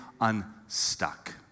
unstuck